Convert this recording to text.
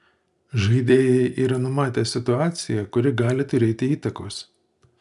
žaidėjai yra numatę situaciją kuri gali turėti įtakos